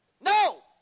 No